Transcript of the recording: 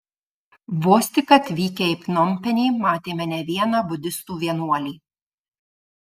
vos tik atvykę į pnompenį matėme ne vieną budistų vienuolį